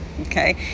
okay